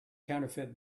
counterfeit